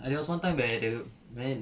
there was one time where the when